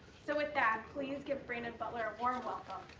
so with that, please give brandon butler a warm welcome.